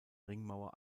ringmauer